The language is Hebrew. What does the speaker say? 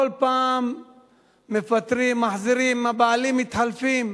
כל פעם מפטרים, מחזירים, הבעלים מתחלפים.